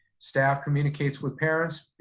staff communicates with parents,